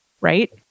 right